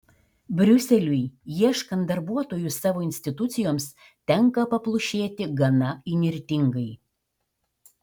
briuseliui ieškant darbuotojų savo institucijoms tenka paplušėti gana įnirtingai